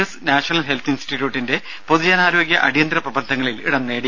S national health ഇൻസ്റ്റിറ്റ്യൂട്ടിന്റെ പൊതുജനാരോഗ്യ അടിയന്തര പ്രബന്ധങ്ങളിൽ ഇടം നേടി